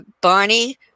Barney